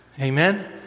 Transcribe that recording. Amen